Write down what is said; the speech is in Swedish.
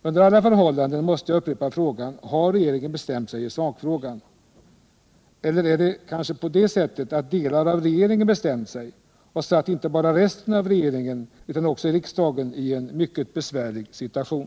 Under alla förhållanden måste jag upprepa frågan: Har regeringen bestämt sig i sakfrågan? Eller är det kanske så att delar av regeringen bestämt sig och satt inte bara resten av regeringen utan också riksdagen i en besvärlig situation?